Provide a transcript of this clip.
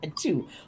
two